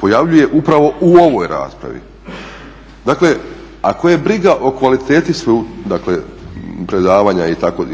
pojavljuje upravo u ovoj raspravi. Dakle, ako je briga o kvaliteti predavanja